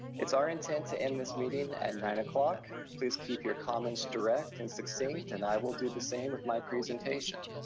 it's our intent to end this meeting at and nine o'clock. please keep your comments direct and succinct, and i will do the same with my presentation.